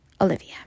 Olivia